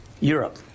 Europe